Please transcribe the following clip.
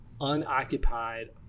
unoccupied